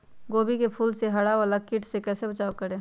गोभी के फूल मे हरा वाला कीट से कैसे बचाब करें?